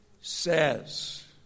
says